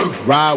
Ride